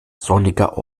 sonniger